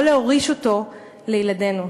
לא להוריש אותו לילדינו.